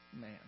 man